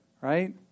Right